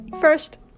first